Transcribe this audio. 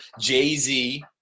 Jay-Z